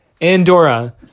Andorra